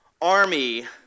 Army